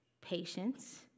patience